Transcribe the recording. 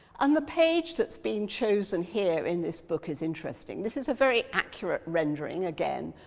and the page that's been chosen here in this book is interesting. this is a very accurate rendering, again,